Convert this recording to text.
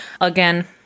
Again